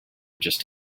just